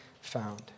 found